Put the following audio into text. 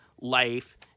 life